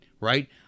right